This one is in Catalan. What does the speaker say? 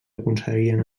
aconseguien